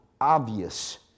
obvious